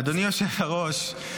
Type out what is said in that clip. אדוני היושב-ראש,